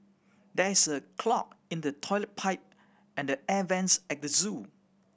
there is a clog in the toilet pipe and the air vents at the zoo